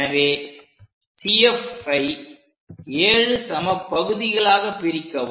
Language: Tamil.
எனவே CF ஐ 7 சம பகுதிகளாக பிரிக்கவும்